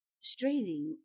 straining